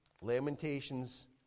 Lamentations